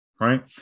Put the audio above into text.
right